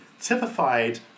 typified